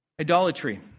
Idolatry